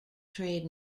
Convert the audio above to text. trade